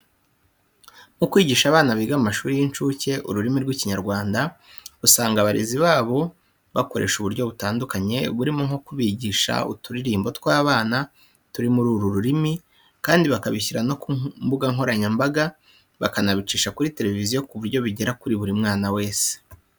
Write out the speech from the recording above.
Mu kwigisha abana biga mu mashuri y'incuke ururimi rw'Ikinyarwanda, usanga abarezi babo bakoresha uburyo butandukanye burimo nko kubigisha uturirimbo tw'abana turi muri uru rurimi kandi bakabishyira no ku mbuga nkoranyambaga bakanabicisha kuri televiziyo ku buryo bigera kuri buri mwana wese.